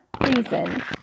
reason